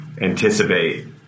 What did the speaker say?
anticipate